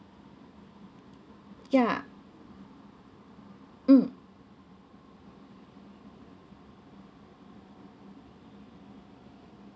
ya mm